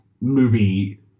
movie